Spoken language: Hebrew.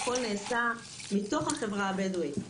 הכל נעשה מתוך החברה הבדואית.